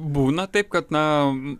būna taip kad na